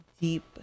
deep